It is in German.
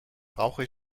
brauche